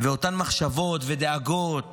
ואותן מחשבות ודאגות